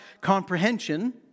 comprehension